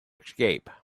escape